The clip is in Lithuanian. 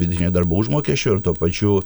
vidutinio darbo užmokesčio ir tuo pačiu